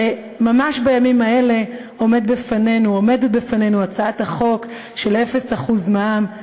הרי ממש בימים אלה עומדת בפנינו הצעת החוק של 0% מע"מ.